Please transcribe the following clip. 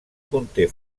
conté